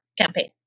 campaign